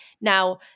Now